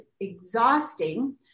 exhausting